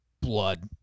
blood